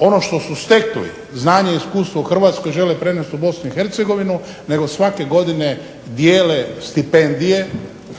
ono što su stekli znanje i iskustvo u Hrvatskoj žele prenesti u Bosnu i Hercegovinu, nego svake godine dijele stipendije